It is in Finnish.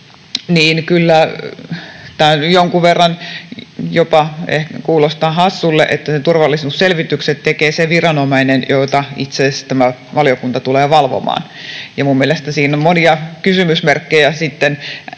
Kyllä tämä jonkun verran jopa kuulostaa hassulle, että ne turvallisuusselvitykset tekee se viranomainen, jota itse asiassa tämä valiokunta tulee valvomaan. Mielestäni siinä on monia kysymysmerkkejä